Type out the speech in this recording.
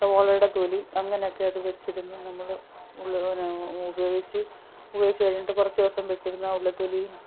സവോളേടെ തൊലി അങ്ങനെയൊക്കെയത് വെച്ചിരുന്ന് നമ്മൾ പിന്നെ ഉപയോഗിച്ച് ഉപയോഗിച്ച് കഴിഞ്ഞിട്ട് കുറച്ചിവസം വെച്ചിരുന്നാൽ ഉള്ളിത്തൊലിയും